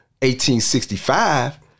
1865